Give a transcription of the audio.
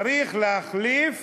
צריך להחליף